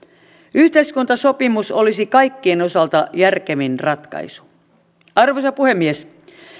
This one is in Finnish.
yhteiskuntasopimus olisi kaikkien osalta järkevin ratkaisu arvoisa puhemies